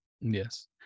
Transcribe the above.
Yes